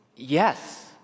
Yes